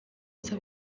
ibintu